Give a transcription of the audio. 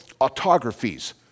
Autographies